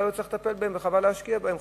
ואולי לא צריך לטפל בהם וחבל להשקיע בהם,